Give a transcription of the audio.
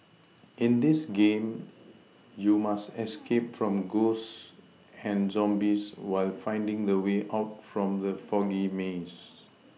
in this game you must escape from ghosts and zombies while finding the way out from the foggy maze